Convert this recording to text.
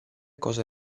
cosa